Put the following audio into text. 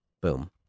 boom